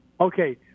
Okay